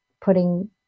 putting